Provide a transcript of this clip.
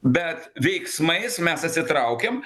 bet veiksmais mes atsitraukėm